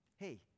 Hey